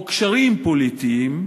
או קשרים פוליטיים,